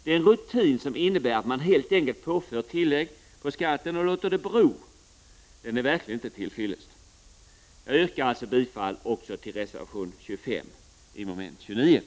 Den rutin som innebär att man helt en 29 november 1989 kelt påför tillägg och låter det bero är verkligen inte till fyllest. Jag yrkar